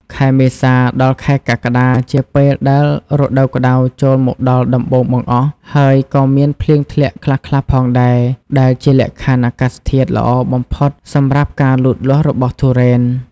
ខែមេសាដល់ខែកក្កដាជាពេលដែលរដូវក្តៅចូលមកដល់ដំបូងបង្អស់ ហើយក៏មានភ្លៀងធ្លាក់ខ្លះៗផងដែរ ដែលជាលក្ខខណ្ឌអាកាសធាតុល្អបំផុតសម្រាប់ការលូតលាស់របស់ទុរេន។